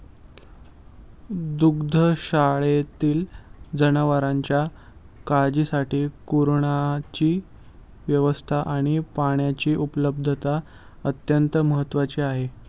दुग्धशाळेतील जनावरांच्या काळजीसाठी कुरणाची व्यवस्था आणि पाण्याची उपलब्धता अत्यंत महत्त्वाची आहे